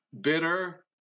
Bitter